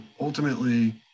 ultimately